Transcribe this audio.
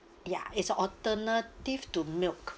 ya is an alternative to milk